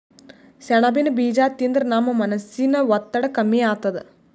ಸೆಣಬಿನ್ ಬೀಜಾ ತಿಂದ್ರ ನಮ್ ಮನಸಿನ್ ಒತ್ತಡ್ ಕಮ್ಮಿ ಆತದ್